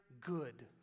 good